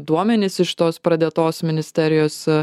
duomenys iš tos pradėtos ministerijos